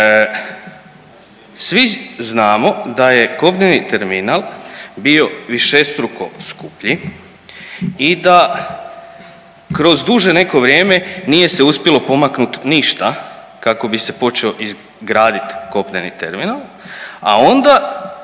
Svi znamo da je kopneni terminal bio višestruko skuplji i da kroz duže neko vrijeme nije se uspjelo pomaknuti ništa kako bi se počeo graditi kopneni termina, a onda